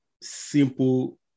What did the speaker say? simple